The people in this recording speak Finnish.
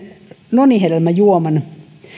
nonihedelmäjuoman